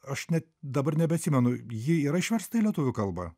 aš net dabar nebeatsimenu ji yra išversta į lietuvių kalbą